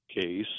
case